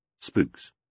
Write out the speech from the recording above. Spooks